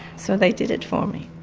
so they did it for me.